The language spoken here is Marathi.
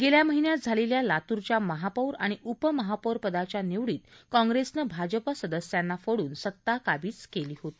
गेल्या महिन्यात झालेल्या लातूरच्या महापौरआणि उपमहापौरपदाच्या निवडीत कॉंग्रेसनं भाजप सदस्यांना फोडून सत्ता काबीज केली होती